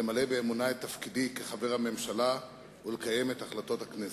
למלא באמונה את תפקידי כחבר הממשלה ולקיים את החלטות הכנסת.